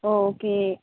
ஓ okay